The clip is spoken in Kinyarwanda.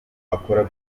akora